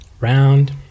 round